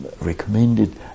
recommended